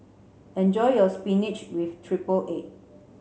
enjoy your spinach with triple egg